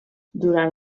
durant